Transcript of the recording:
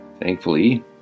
Thankfully